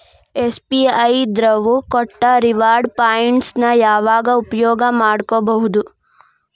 SBI ದವ್ರು ಕೊಟ್ಟ reward points ನ ಯಾವಾಗ ಉಪಯೋಗ ಮಾಡ್ಕೋಬಹುದು?